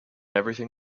everything